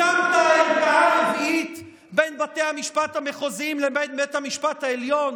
הקמת את הערכאה רביעית בין בתי המשפט המחוזיים לבין בית המשפט העליון?